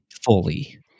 fully